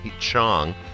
Chong